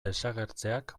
desagertzeak